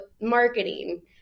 marketing